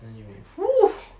then you !woo!